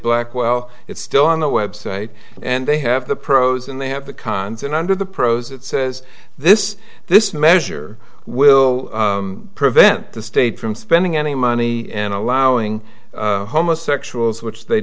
blackwell it's still on the website and they have the pros and they have the cons and under the pros it says this this measure will prevent the state from spending any money and allowing homosexuals which they